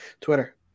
Twitter